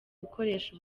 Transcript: gukoresha